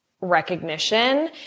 recognition